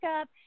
up